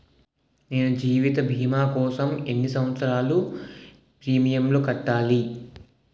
నేను జీవిత భీమా కోసం ఎన్ని సంవత్సారాలు ప్రీమియంలు కట్టాలి?